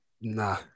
nah